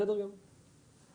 סליחה, אני מצטער.